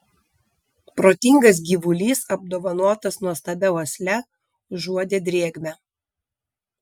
protingas gyvulys apdovanotas nuostabia uosle užuodė drėgmę